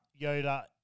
Yoda